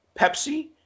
Pepsi